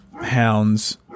hounds